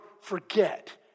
forget